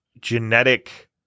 genetic